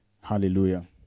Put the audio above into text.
Hallelujah